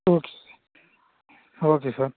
okay okay sir